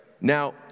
Now